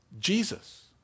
Jesus